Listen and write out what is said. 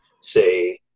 say